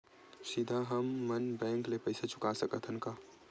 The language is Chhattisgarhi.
सीधा हम मन बैंक ले पईसा चुका सकत हन का?